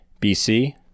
BC